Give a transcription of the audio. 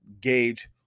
gauge